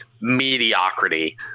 mediocrity